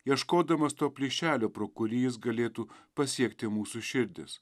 ieškodamas to plyšelio pro kurį jis galėtų pasiekti mūsų širdis